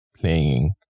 playing